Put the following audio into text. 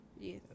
Yes